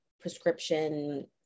prescription